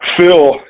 Phil